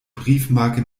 briefmarke